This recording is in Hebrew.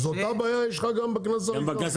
אז אותה בעיה יש לך בקנס הראשון.